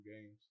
games